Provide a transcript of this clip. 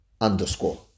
underscore